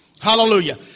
Hallelujah